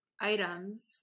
items